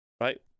right